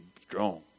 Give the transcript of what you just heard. strong